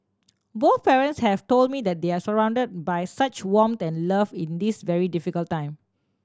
both parents have told me that they are surround by such warmth and love in this very difficult time